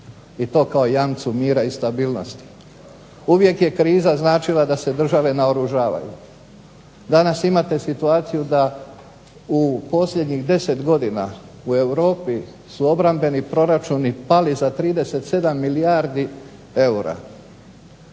i to kao jamcu mira i stabilnosti. Uvijek je kriza značila da se države naoružavaju. Danas imate situaciju da u posljednjih 10 godina u Europi su obrambeni proračuni pali za 37 milijardi eura.